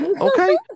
Okay